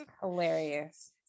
Hilarious